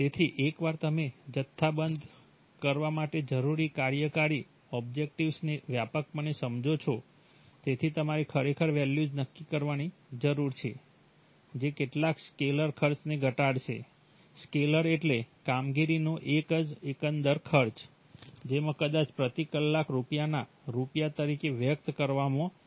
તેથી એકવાર તમે જથ્થાબંધ કરવા માટે જરૂરી કાર્યકારી ઓબ્જેક્ટિવ્સને વ્યાપકપણે સમજો છો તેથી તમારે ખરેખર વેલ્યુઝ નક્કી કરવાની જરૂર છે જે કેટલાક સ્કેલર ખર્ચને ઘટાડશે સ્કેલર એટલે કામગીરીનો એક જ એકંદર ખર્ચ જેમાં કદાચ પ્રતિ કલાક રૂપિયાના રૂપિયા તરીકે વ્યક્ત કરવામાં આવે છે